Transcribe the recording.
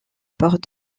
porte